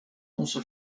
onze